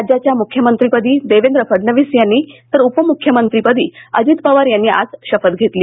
राज्याच्या मुख्यमंत्रीपदी देवेंद्र फडणवीस यांनी तर उपमुख्यमंत्रीपदी अजित पवार यांनी आज शपथ घेतली